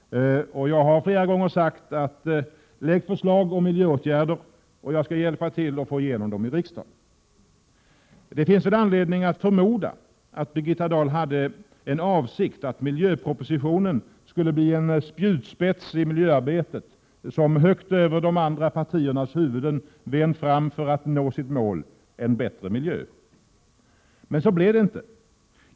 Jag har flera gånger sagt: Lägg fram förslag om miljöåtgärder, och jag skall hjälpa till att få igenom dem i riksdagen. Det finns väl anledning att förmoda att Birgitta Dahl hade avsikten att miljöpropositionen skulle bli en spjutspets i miljöarbetet, som högt över de andra partiernas huvuden ven fram för att nå sitt mål — en bättre miljö. Men så blev det inte.